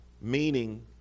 meaning